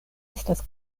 estas